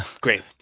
Great